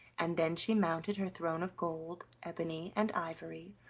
and then she mounted her throne of gold, ebony, and ivory,